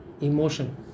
emotion